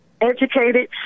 educated